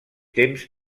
temps